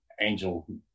angel